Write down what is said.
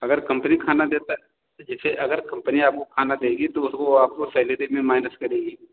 अगर कम्पनी खाना देता है तो जैसे अगर कम्पनी आपको खाना देगी तो वो आपको सेलेरी में माइनस करेगी